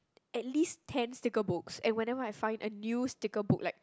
at least ten sticker books and whenever I find a new sticker book like